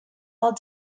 all